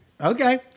Okay